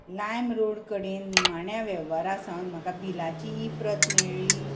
लायम road कडेन निमाण्या वेव्हारा सावन म्हाका बिलाची ई प्रत मेळ्ळी